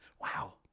wow